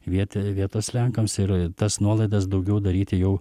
vietoj vietos lenkams ir tas nuolaidas daugiau daryti jau